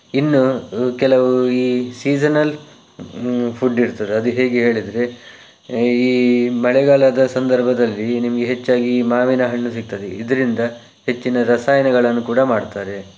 ಇನ್ನು ಕೆಲವು ಈ ಸೀಸನಲ್ ಫುಡ್ ಇರ್ತದೆ ಅದು ಹೇಗೆ ಹೇಳಿದರೆ ಈ ಮಳೆಗಾಲದ ಸಂದರ್ಭದಲ್ಲಿ ಈ ನಿಮಗೆ ಹೆಚ್ಚಾಗಿ ಮಾವಿನ ಹಣ್ಣು ಸಿಗ್ತದೆ ಇದರಿಂದ ಹೆಚ್ಚಿನ ರಸಾಯನಗಳನ್ನು ಕೂಡ ಮಾಡ್ತಾರೆ